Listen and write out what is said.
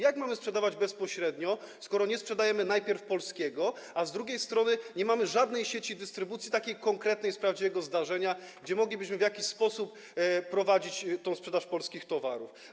Jak mamy sprzedawać bezpośrednio, skoro, z jednej strony, nie sprzedajemy najpierw tego, co polskie, a, z drugiej strony, nie mamy żadnej sieci dystrybucji, takiej konkretnej, z prawdziwego zdarzenia, gdzie moglibyśmy w jakiś sposób prowadzić sprzedaż polskich towarów?